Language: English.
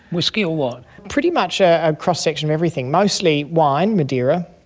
whiskey or what? pretty much ah a cross-section of everything. mostly wine, madeira.